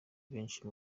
benshi